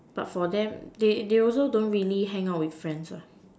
but for them they they also don't really hang out with friends ah